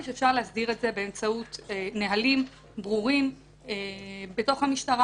שאפשר להסדיר את זה באמצעות נהלים ברורים בתוך המשטרה.